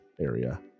area